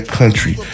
country